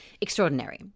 Extraordinary